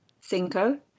Cinco